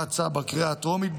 בהצעה בקריאה הטרומית,